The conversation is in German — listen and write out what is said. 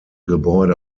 gebäude